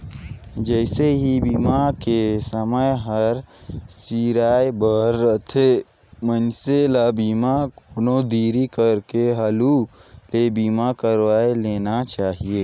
जइसे ही बीमा के समय हर सिराए बर रथे, मइनसे ल बीमा कोनो देरी करे हालू ले बीमा करवाये लेना चाहिए